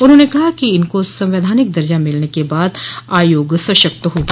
उन्होंने कहा कि इसको संवैधानिक दर्जा मिलने के बाद आयोग सशक्त होगा